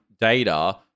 data